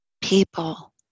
people